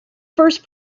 first